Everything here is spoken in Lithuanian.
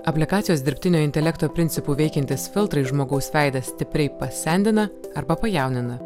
aplikacijos dirbtinio intelekto principu veikiantys filtrai žmogaus veidą stipriai pasendina arba pajaunina